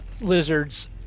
lizards